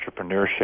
entrepreneurship